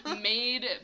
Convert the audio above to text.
made